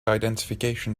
identification